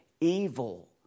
evil